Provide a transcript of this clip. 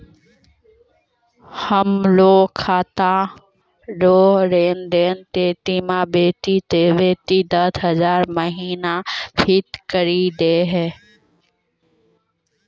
हमरो खाता रो लेनदेन के सीमा बेसी से बेसी दस हजार महिना फिक्स करि दहो